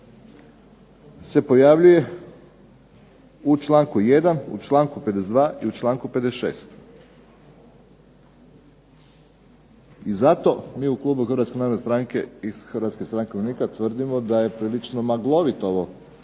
se pojavljuje u članku 1., u članku 52. i u članku 56., i zato mi u klubu Hrvatske narodne stranke i Hrvatske stranke umirovljenika tvrdimo da je prilično maglovito ovo